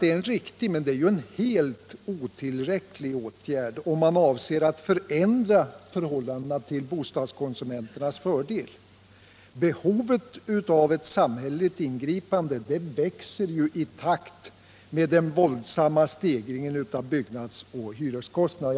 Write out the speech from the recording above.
Det är en riktig men helt otillräcklig åtgärd, om man avser att ändra förhållandena till bostadskonsumenternas fördel. Behovet av ett samhälleligt ingripande växer i takt med den våldsamma stegringen av byggnadsoch hyreskostnaderna.